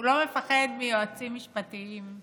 הוא לא מפחד מיועצים משפטיים,